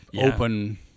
open